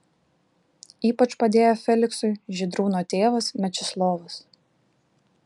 ypač padėjo feliksui žydrūno tėvas mečislovas